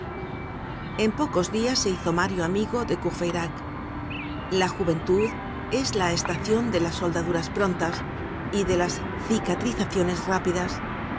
en pocos dias se hizo mario amigo de coúrfeyrac la juventud es la estacion de las soldaduras prontas y de las cicatrizaciones rápidas